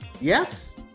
Yes